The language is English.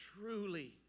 truly